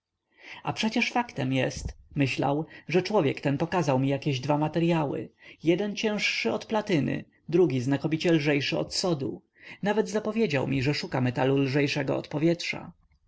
a przecież faktem jest myślał że człowiek ten pokazał mi jakieś dwa materyały jeden cięższy od platyny drugi znakomicie lżejszy od sodu nawet zapowiedział mi że szuka metalu lżejszego od powietrza